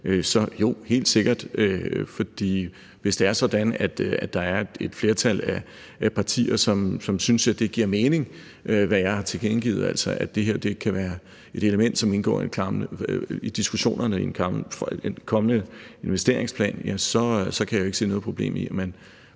Jo, helt sikkert. For hvis det er sådan, at der er et flertal af partier, som synes, at det giver mening, hvad jeg har tilkendegivet, altså at det her kan være et element, som indgår i diskussionerne om en kommende investeringsplan, så kan jeg ikke se noget problem i, at man